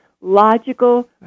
logical